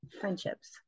friendships